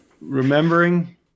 remembering